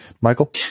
Michael